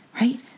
Right